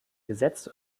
gesetzt